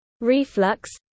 reflux